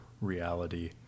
reality